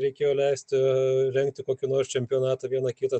reikėjo leisti rengti kokį nors čempionatą vieną kitą